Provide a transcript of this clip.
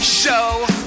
show